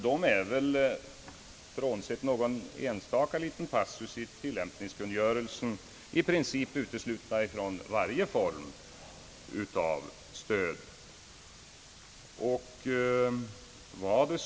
De är, frånsett några få som faller under någon liten passus i tillämpningskungörelsen, i princip uteslutna från varje form av stöd.